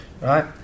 right